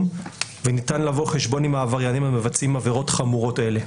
וניתן לבוא חשבון עם העבריינים המבצעים עבירות חמורות אלה.